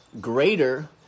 greater